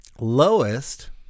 Lowest